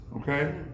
Okay